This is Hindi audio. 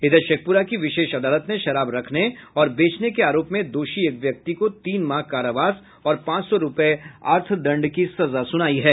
इधर शेखपुरा की विशेष अदालत ने शराब रखने और बेचने के आरोप में दोषी एक व्यक्ति को तीन माह कारावास और पांच सौ रूपये अर्थदंड की सजा सुनायी है